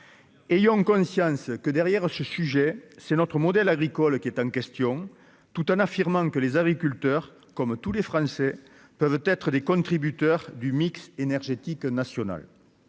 ayant conscience que derrière ce sujet, c'est notre modèle agricole qui est en question, tout en affirmant que les agriculteurs, comme tous les Français peuvent être des contributeurs du mix énergétique nationale,